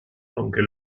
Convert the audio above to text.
aunque